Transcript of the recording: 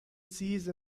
cease